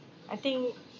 I think